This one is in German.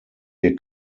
hier